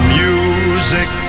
music